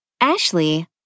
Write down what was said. Ashley